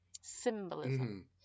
symbolism